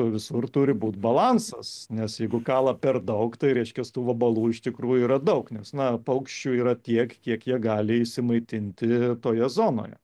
visur turi būt balansas nes jeigu kala per daug tai reiškias tų vabalų iš tikrųjų yra daug nes na paukščių yra tiek kiek jie gali išsimaitinti toje zonoje